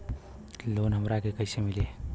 Loan हमरा के कईसे मिली?